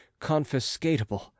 confiscatable